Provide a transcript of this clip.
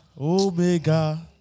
Omega